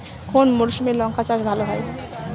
কোন মরশুমে লঙ্কা চাষ ভালো হয়?